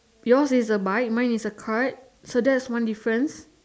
yours is a bike mine is a cart so that's one difference